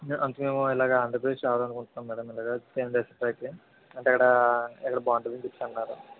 అందుకు మేము ఇలాగ ఆంధ్రప్రదేశ్ రావాలని అనుకుంటున్నాము మ్యాడం ఇలాగ టెన్ డేస్ బ్యాకి అంటే అక్కడ ఎక్కడ బాగుంటుంది అని చెప్పేసి అన్నారు